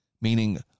meaning